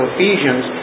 Ephesians